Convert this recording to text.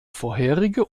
vorherige